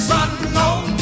unknown